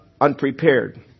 unprepared